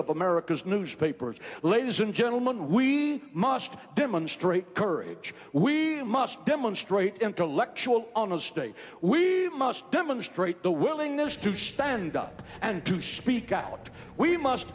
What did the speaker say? of america's newspapers ladies and gentlemen we must demonstrate courage we must demonstrate intellectual on a stage we must demonstrate the willingness to stand up and to speak out we must